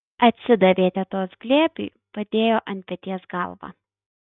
atsidavė tetos glėbiui padėjo ant peties galvą